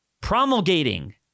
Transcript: promulgating